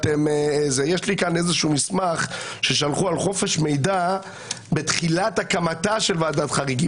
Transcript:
יש לי כאן איזשהו מסמך ששלחו על חופש מידע בתחילת הקמתה של ועדת חריגים.